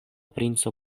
princo